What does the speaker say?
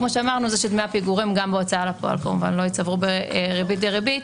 דמי הפיגורים גם בהוצאה לפועל לא ייצברו בריבית דריבית,